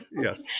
yes